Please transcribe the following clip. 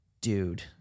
Dude